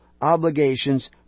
obligations